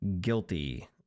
guilty